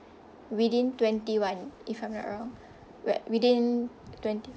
within twenty-one if I'm not wrong wi~ within twenty